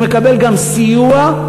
הוא מקבל גם סיוע,